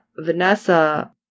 Vanessa